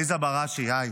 עליזה בראשי, היי,